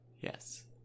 Yes